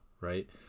Right